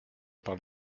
par